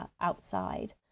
outside